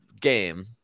game